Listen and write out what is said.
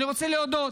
אני רוצה להודות